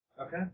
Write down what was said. Okay